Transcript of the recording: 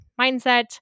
mindset